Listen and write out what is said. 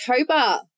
October